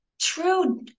true